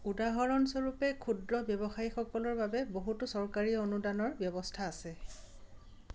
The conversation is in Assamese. উদাহৰণস্বৰূপে ক্ষুদ্ৰ ব্যৱসায়ীসকলৰ বাবে বহুতো চৰকাৰী অনুদানৰ ব্যৱস্থা আছে